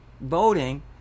voting